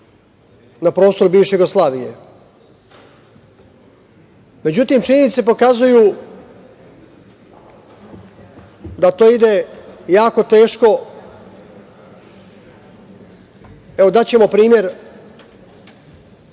na prostoru bivše Jugoslavije.Međutim, činjenice pokazuju da to ide jako teško. Evo, daćemo primer